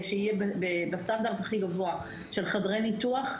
שיהיה בסטנדרט הכי גבוה של חדרי ניתוח,